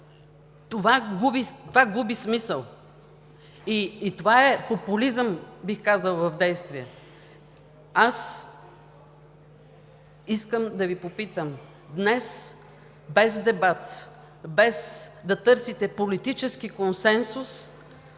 това губи смисъл. Това е популизъм, бих казала, в действие. Аз искам да Ви попитам: днес без дебат, без да търсите политически консенсус,